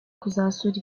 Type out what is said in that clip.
kuzasura